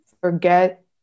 forget